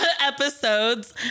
episodes